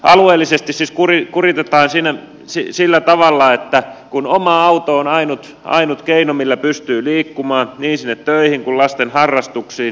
alueellisesti siis kuritetaan sillä tavalla että oma auto on ainut keino millä pystyy liikkumaan niin sinne töihin kuin lasten harrastuksiin